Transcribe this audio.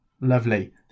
Lovely